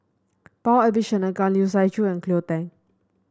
Paul Abisheganaden Chiu and Cleo Thang